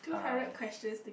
hi